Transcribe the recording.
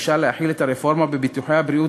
ביקשה להחיל את הרפורמה בביטוחי הבריאות